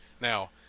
Now